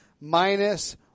minus